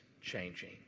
changing